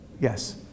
Yes